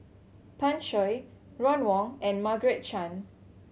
Pan Shou Ron Wong and Margaret Chan